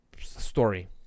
story